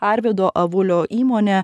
arvydo avulio įmonė